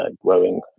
growing